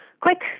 quick